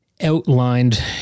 outlined